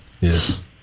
Yes